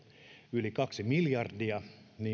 yli kaksi miljardia